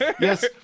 yes